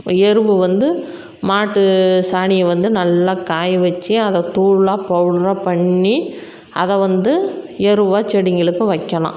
இப்போ எருவு வந்து மாட்டு சாணியை வந்து நல்லா காய வச்சு அதை தூளாக பவுட்ராக பண்ணி அதை வந்து எருவாக செடிங்ளுக்கு வைக்கலாம்